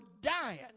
dying